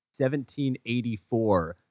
1784